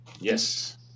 Yes